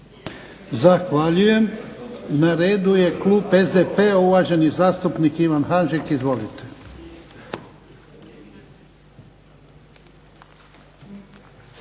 Zahvaljujem. Na redu je klub SDP-a, uvaženi zastupnik Ivan Hanžek. Izvolite.